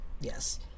Yes